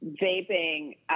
vaping